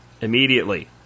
immediately